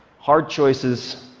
hard choices,